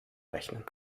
rechnen